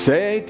Say